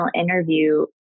interview